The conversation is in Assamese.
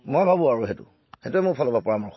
মই ভাবোঁ আৰু সেইটো সেইটোৱে মোৰ ফালৰ পৰা পৰামৰ্শ